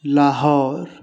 Lahore